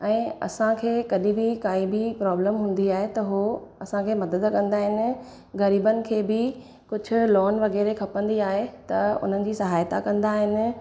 ऐं असांखे कॾहिं बि काई बि प्रॉब्लम हूंदी आहे त उहो असांखे मदद कंदा आहिनि ग़रीबनि खे बि कुझु लोन वग़ैरह खपंदी आहे त उन्हनि जी सहायता कंदा आहिनि